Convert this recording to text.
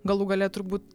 galų gale turbūt